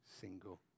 single